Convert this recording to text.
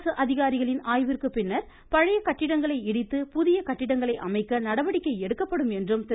அரசு அதிகாரிகளின் ஆய்விற்கு பின்னர் பழைய கட்டிடங்களை இடித்து புதிய கட்டிடங்களை அமைக்க நடவடிக்கை எடுக்கப்படும் என்றும் திரு